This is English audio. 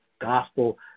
gospel